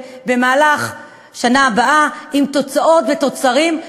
במהלך השנה הבאה עם תוצאות ותוצרים,